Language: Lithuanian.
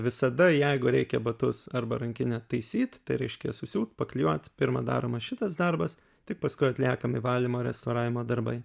visada jeigu reikia batus arba rankinę taisyt tai reiškia susiūt paklijuot pirma daromas šitas darbas tik paskui atliekami valymo restauravimo darbai